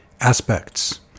Aspects